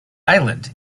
island